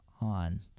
on